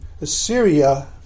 Assyria